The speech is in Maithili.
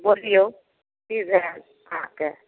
बोलियौ की भेल अहाँकेँ